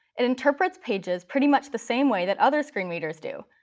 it interprets pages pretty much the same way that other screen readers do.